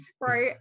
Right